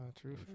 True